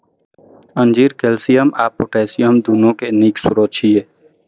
अंजीर कैल्शियम आ पोटेशियम, दुनू के नीक स्रोत छियै